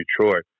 Detroit